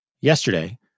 Yesterday